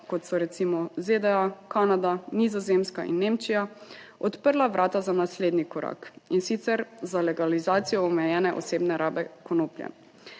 kot so recimo ZDA, Kanada, Nizozemska in Nemčija, odprla vrata za naslednji korak, in sicer za legalizacijo omejene osebne rabe konoplje.